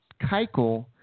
Keiko